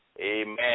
Amen